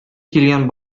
килгән